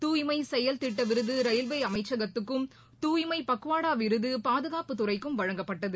துய்மை செயல்திட்ட விருது ரயில்வே அமைச்சகத்துக்கும் தூய்மை பக்குவாடா விருது பாதுகாப்பு துறைக்கும் வழங்கப்பட்டது